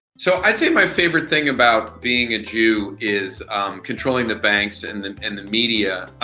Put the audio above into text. so, i'd say my favorite thing about being a jew is controlling the banks and and and the media.